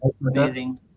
amazing